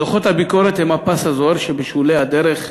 דוחות הביקורת הם הפס הזוהר שבשולי הדרך,